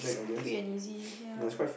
free and easy ya